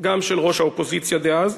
גם של ראש האופוזיציה דאז,